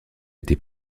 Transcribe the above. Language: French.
été